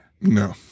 No